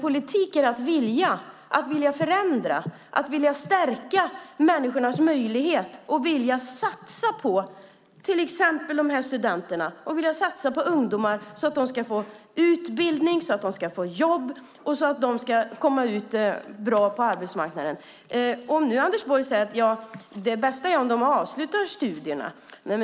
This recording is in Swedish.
Politik är att vilja förändra, att vilja stärka människornas möjligheter, att vilja satsa på exempelvis dessa studenter och andra ungdomar så att de får utbildning och kan komma ut på arbetsmarknaden. Anders Borg säger att det bästa är om de avslutar studierna.